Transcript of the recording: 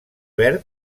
verb